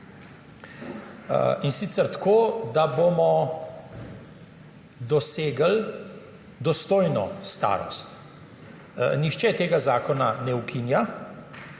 in sicer tako da bomo dosegli dostojno starost. Nihče tega zakona ne ukinja